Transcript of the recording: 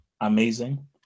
amazing